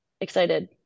excited